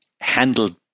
handled